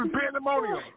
pandemonium